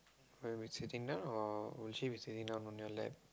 where we sitting now or will she be sitting down on your lap